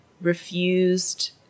refused